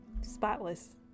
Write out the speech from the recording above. spotless